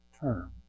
term